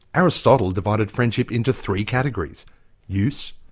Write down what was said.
aristotle divided friendship into three categories use,